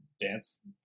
dance